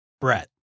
Brett